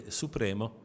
supremo